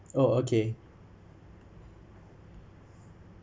oh okay